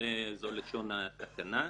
זו לשון התקנה.